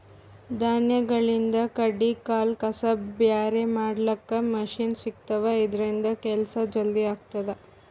ಧಾನ್ಯಗಳಿಂದ್ ಕಡ್ಡಿ ಕಲ್ಲ್ ಕಸ ಬ್ಯಾರೆ ಮಾಡ್ಲಕ್ಕ್ ಮಷಿನ್ ಸಿಗ್ತವಾ ಇದ್ರಿಂದ್ ಕೆಲ್ಸಾ ಜಲ್ದಿ ಆಗ್ತದಾ